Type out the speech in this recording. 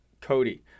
Cody